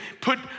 put